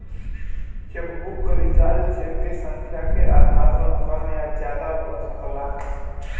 chequebook क charge cheque क संख्या के आधार पर कम या ज्यादा हो सकला